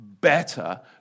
better